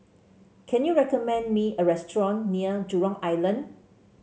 can you recommend me a restaurant near Jurong Island